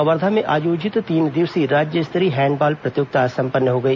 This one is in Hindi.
कवर्धा में आयोजित तीन दिवसीय राज्य स्तरीय हैंडबॉल प्रतियोगिता आज संपन्न हो गई